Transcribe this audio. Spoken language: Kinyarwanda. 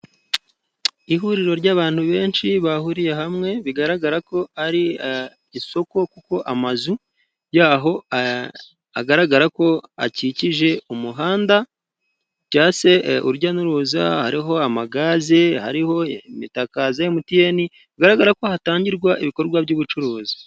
Ihuriro ry'abantu benshi bahuriye hamwe bigaragara ko ari isoko, kuko amazu yaho agaragara ko akikije umuhanda, cyangwa se urujya n'uruza, hariho amagaze, hariho imitaka ya za Emutiyeni, bigaragara ko hatangirwa ibikorwa by'ubucuruzi.